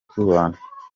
tubana